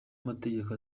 amategeko